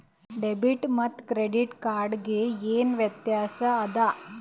Debit ಮತ್ತ credit card ಗೆ ಏನ ವ್ಯತ್ಯಾಸ ಆದ?